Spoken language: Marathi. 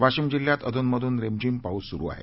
वाशिम जिल्ह्यात अधून मधून रिमझिम पाऊस सुरु आहे